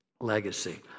Legacy